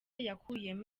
yakuyemo